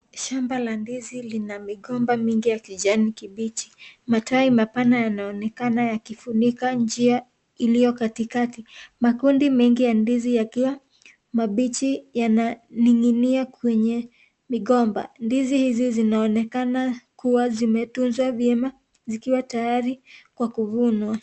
Shamba la ndizi lina migomba mingi ya kijani kipichi, matawi mapana yanaonekana yakifunika njia iliyo katikati, makundi mingi ya ndizi yakiwa mabichi yananinginia kwenye migomba. Ndizi hizi zinaonekana kuwa zimetunzwa vyema zikiwa tayari kwa kufunwa.